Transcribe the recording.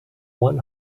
one